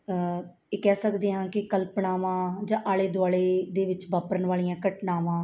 ਇਹ ਕਹਿ ਸਕਦੇ ਹਾਂ ਕਿ ਕਲਪਨਾਵਾਂ ਜਾਂ ਆਲੇ ਦੁਆਲੇ ਦੇ ਵਿੱਚ ਵਾਪਰਨ ਵਾਲੀਆਂ ਘਟਨਾਵਾਂ